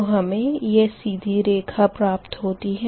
तो हमें यह सीधी रेखा प्राप्त होती है